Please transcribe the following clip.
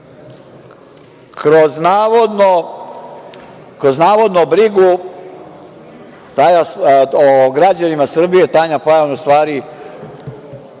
kroz navodno brigu o građanima Srbija, Tanja Fajon u stvari